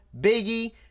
Biggie